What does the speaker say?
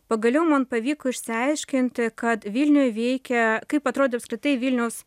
pagaliau man pavyko išsiaiškinti kad vilniuje veikia kaip atrodo apskritai vilniaus